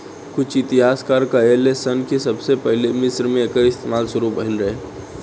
कुछ इतिहासकार कहेलेन कि सबसे पहिले मिस्र मे एकर इस्तमाल शुरू भईल रहे